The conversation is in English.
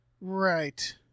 Right